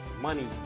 money